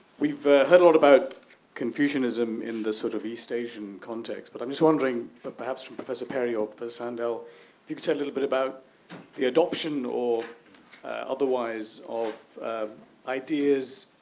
we've heard a lot about confucianism in the sort of east asian context. but i'm just wondering but perhaps from professor perry ah and sandel picture a little bit about the adoption or otherwise of ideas,